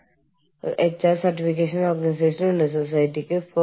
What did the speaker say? single tier സമ്പ്രദായം ഒരു director board മാത്രം ജീവനക്കാർ ഒന്നോ രണ്ടോ ഉണ്ടാകും